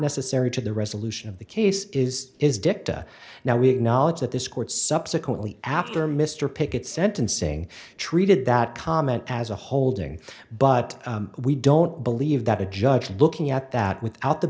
necessary to the resolution of the case is is dicta now we acknowledge that this court subsequently after mr pickett sentencing treated that comment as a holding but we don't believe that a judge looking at that without the